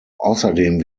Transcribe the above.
außerdem